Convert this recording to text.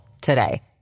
today